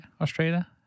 Australia